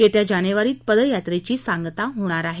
येत्या जानेवारीत पदयात्रेची सांगता होणार आहे